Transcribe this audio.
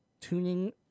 tuning